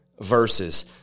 verses